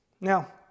Now